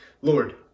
lord